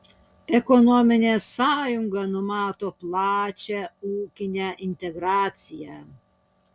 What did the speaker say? ekonominė sąjunga numato plačią ūkinę integraciją